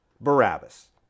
barabbas